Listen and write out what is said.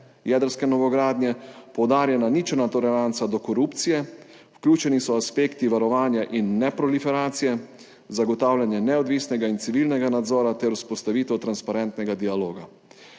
jedrske novogradnje, poudarjena ničelna toleranca do korupcije, vključeni so aspekti varovanja in neproliferacije, zagotavljanje neodvisnega in civilnega nadzora ter vzpostavitev transparentnega dialoga.